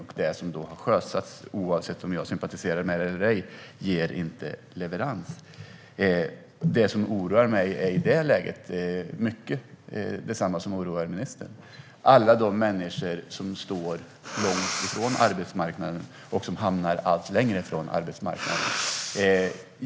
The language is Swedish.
Och det som sjösätts, oavsett om jag sympatiserar med det eller ej, leder inte till leverans. Det som oroar mig i det läget är i mycket detsamma som oroar ministern. Det handlar om alla de människor som står långt från arbetsmarknaden och som hamnar allt längre från arbetsmarknaden.